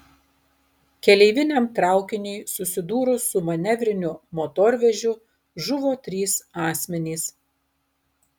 keleiviniam traukiniui susidūrus su manevriniu motorvežiu žuvo trys asmenys